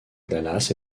dallas